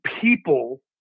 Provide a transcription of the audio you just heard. people